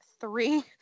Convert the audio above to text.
three